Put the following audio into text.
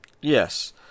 Yes